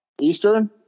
Eastern